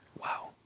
Wow